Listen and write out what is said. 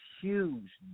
huge